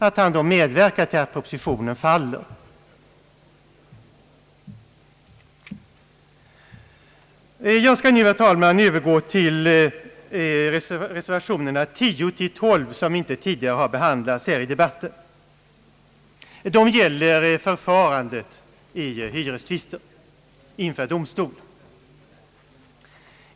Jag skall nu, herr talman, övergå till reservationerna X—XII som inte tidigare har behandlats i denna debatt. Det gäller förfarandet i hyrestvister inför domstol.